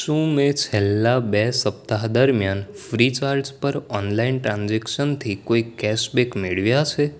શું મેં છેલ્લાં બે સપ્તાહ દરમિયાન ફ્રીચાર્જ પર ઓનલાઈન ટ્રાન્ઝેક્શનથી કોઈ કેશબેક મેળવ્યાં છે